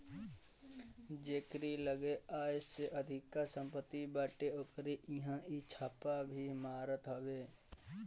जेकरी लगे आय से अधिका सम्पत्ति बाटे ओकरी इहां इ छापा भी मारत हवे